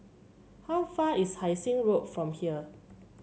how far is Hai Sing Road from here